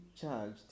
charged